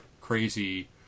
crazy